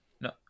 No